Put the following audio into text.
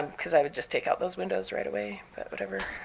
because i would just take out those windows right away. but whatever.